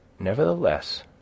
Nevertheless